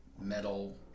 metal